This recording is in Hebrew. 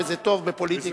וזה טוב בפוליטיקה,